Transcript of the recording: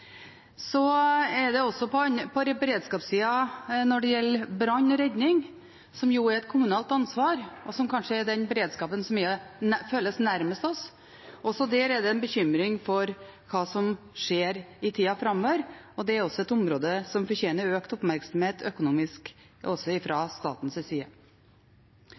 Også på beredskapssida når det gjelder brann og redning, som jo er et kommunalt ansvar, og som kanskje er den beredskapen som føles nærmest oss, er det en bekymring for hva som skjer i tida framover. Det er et område som fortjener økt oppmerksomhet økonomisk også fra statens side.